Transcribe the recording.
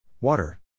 Water